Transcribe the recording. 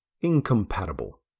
incompatible